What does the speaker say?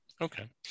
Okay